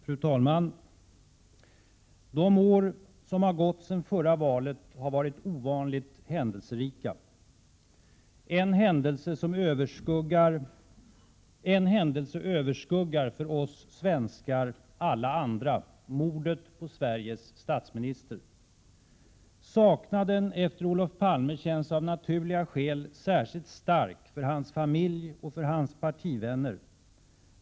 Fru talman! De år som gått sedan det förra valet har varit ovanligt händelserika. En händelse överskuggar för oss svenskar alla andra: mordet på Sveriges statsminister. Saknaden efter Olof Palme känns av naturliga skäl särskilt stark för hans familj och för hans partivänner.